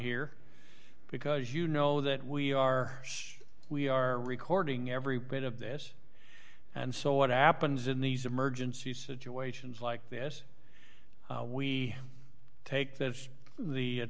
here because you know that we are we are recording every bit of this and so what happens in these emergency situations like this we take this the